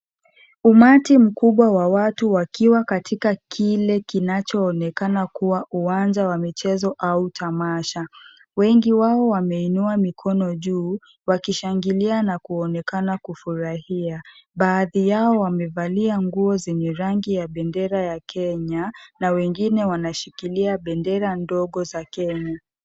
Umati wa watu wakubwa ukiwa katika kile kilichoonekana kuwa uwanja wa michezo au tamasha wengi wao wameinua mikono juu wakishangilia na kuonekana kufurahia baadhi yao wamevalia nguo zenye rangi ya Kenya na wengine wameshikilia bendera ndogo za Kenya.